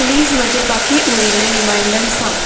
please म्हजे बाकी उरिल्ले रिमांयडर सांग